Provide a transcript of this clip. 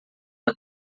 uma